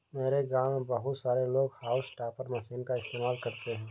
मेरे गांव में बहुत सारे लोग हाउस टॉपर मशीन का इस्तेमाल करते हैं